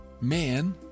man